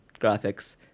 graphics